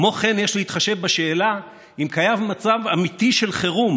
כמו כן יש להתחשב בשאלה אם קיים מצב אמיתי של חירום